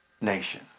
nation